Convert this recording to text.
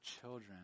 children